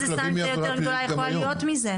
איזו סנקציה יותר גדולה יכולה להיות מזה?